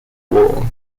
war